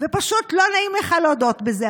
ופשוט לא נעים לך להודות בזה.